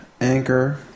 Anchor